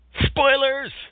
spoilers